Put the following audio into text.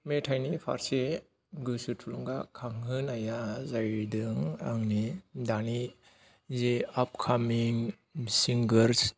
मेथाइनि फारसे गोसो थुलुंगाखांहोनाया जाहैदों आंनि दानि जि आपकामिं सिंगार्स